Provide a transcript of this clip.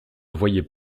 voyait